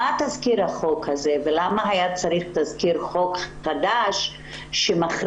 מה תזכיר החוק הזה ולמה היה צריך תזכיר חוק חדש שמחריג?